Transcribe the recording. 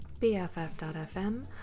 BFF.fm